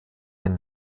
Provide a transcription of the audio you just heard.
den